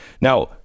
Now